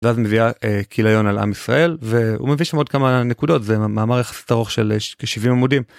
‫ואז מביאה כיליון על עם ישראל, ‫והוא מביא שם עוד כמה נקודות, ‫זה מאמר יחסית ארוך של כ-70 עמודים.